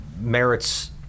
merits